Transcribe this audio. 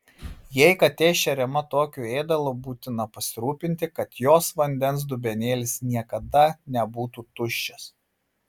jei katė šeriama tokiu ėdalu būtina pasirūpinti kad jos vandens dubenėlis niekada nebūtų tuščias